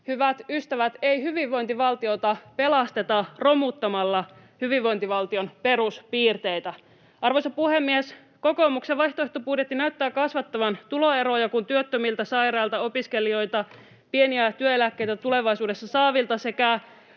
Hyvät ystävät, ei hyvinvointivaltiota pelasteta romuttamalla hyvinvointivaltion peruspiirteitä. Arvoisa puhemies! Kokoomuksen vaihtoehtobudjetti näyttää kasvattavan tuloeroja, [Sari Sarkomaan välihuuto] kun työttömiltä, sairailta, opiskelijoilta, pieniä työeläkkeitä tulevaisuudessa saavilta sekä